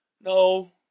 no